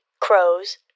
crows